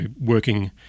working